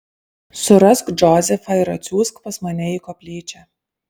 surask džozefą ir atsiųsk pas mane į koplyčią